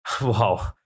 wow